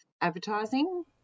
advertising